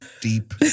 deep